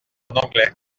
anglais